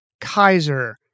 Kaiser